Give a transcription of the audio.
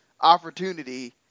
opportunity